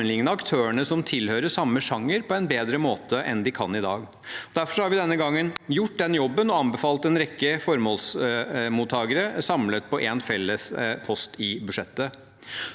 sammenligne aktørene som tilhører samme sjanger, på en bedre måte enn i dag. Derfor har vi denne gangen gjort den jobben og anbefalt en rekke formålsmottagere samlet på en felles post i budsjettet.